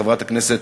חברת הכנסת